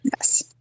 Yes